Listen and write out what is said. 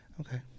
Okay